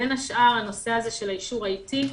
בין השאר הנושא הזה של האישור העתי.